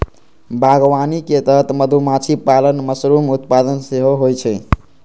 बागवानी के तहत मधुमाछी पालन, मशरूम उत्पादन सेहो होइ छै